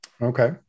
Okay